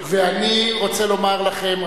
ואני רוצה לומר לכם,